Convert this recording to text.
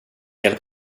hjälp